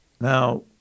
now